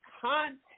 content